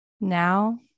Now